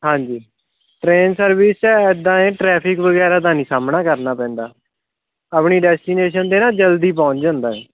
ਹਾਂਜੀ train service ਇੱਦਾਂ ਹੈ ਟਰੈਫਿਕ ਵਗੈਰਾ ਦਾ ਨਹੀਂ ਸਾਹਮਣਾ ਕਰਨਾ ਪੈਂਦਾ ਆਪਣੀ ਡੈਸਟੀਨੇਸ਼ਨ 'ਤੇ ਨਾ ਜਲਦੀ ਪਹੁੰਚ ਜਾਂਦਾ